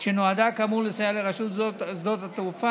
שנועדה כאמור לסייע לרשות שדות התעופה